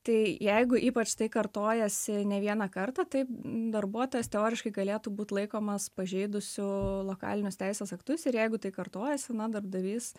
tai jeigu ypač tai kartojasi ne vieną kartą taip darbuotojas teoriškai galėtų būt laikomas pažeidusiu lokalinius teisės aktus ir jeigu tai kartojasi na darbdavys